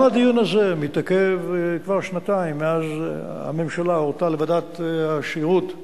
גם הדיון הזה מתעכב כבר שנתיים מאז הורתה הממשלה לוועדת השירות להמליץ,